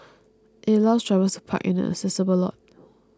it allows drivers to park in an accessible lot